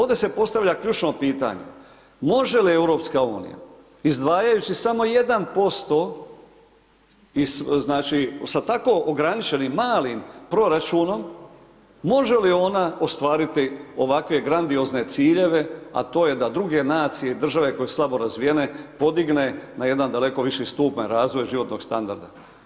Ovdje se postavlja ključno pitanje, može li Europska unija izdvajajući samo 1% iz, znači, sa tako ograničenim malim proračunom, može li ona ostvariti ovakve grandiozne ciljeve, a to je da druge nacije i države koje su slabo razvijene, podigne na jedan daleko viši stupanj, razvoj životnog standarda?